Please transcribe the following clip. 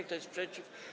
Kto jest przeciw?